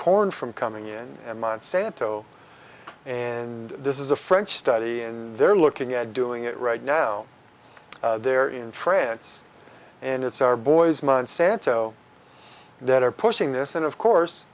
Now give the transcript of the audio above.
corn from coming in and monsanto and this is a french study and they're looking at doing it right now there in france and it's our boys monsanto that are pushing this and of course